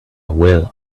will